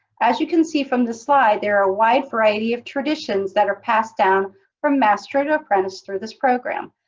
as you can see from the slide, there are a wide variety of traditions that are passed down from master to apprentice through this program.